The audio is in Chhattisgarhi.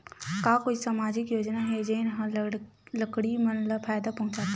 का कोई समाजिक योजना हे, जेन हा लड़की मन ला फायदा पहुंचाथे?